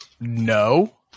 No